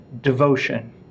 devotion